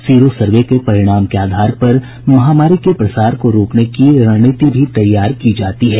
sero survey के परिणाम के आधार पर महामारी के प्रसार को रोकने की रणनीति भी तैयार की जाती है